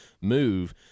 move